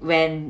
when